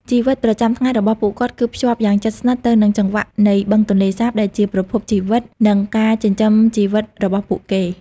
ជីវិតប្រចាំថ្ងៃរបស់ពួកគាត់ គឺភ្ជាប់យ៉ាងជិតស្និទ្ធទៅនឹងចង្វាក់នៃបឹងទន្លេសាប ដែលជាប្រភពជីវិតនិងការចិញ្ចឹមជីវិតរបស់ពួកគេ។